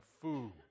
food